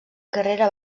carrera